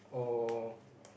oh